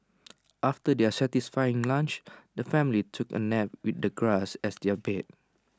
after their satisfying lunch the family took A nap with the grass as their bed